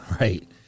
right